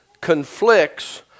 conflicts